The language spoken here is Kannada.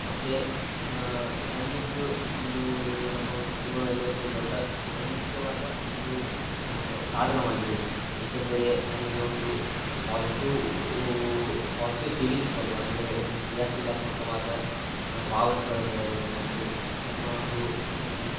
ಮತ್ತು ರಣ್ಣಿಂಗ್ ಒಂದು ನಮ್ಮ ಒಂದು ಜೀವನದಲ್ಲಿ ಒಂದು ದೊಡ್ಡ ಬಹುಮುಖ್ಯವಾದ ಒಂದು ಸಾಧನವಾಗಿದೆ ಏಕೆಂದರೆ ನಮಗೆ ಒಂದು ಪಾಸಿಟಿವ್ ಪಾಸಿಟಿವ್ ಫೀಲಿಂಗ್ಸ್ ಬರಲು ಅಂದರೆ ಒಂದು ಕ್ರೀಯಾಶೀಲಾತ್ಮಕವಾದ ಭಾವನೆಗಳ ಬರಲು ಮತ್ತು ನಮ್ಮ ಅಂದು